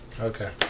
Okay